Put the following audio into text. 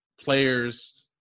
players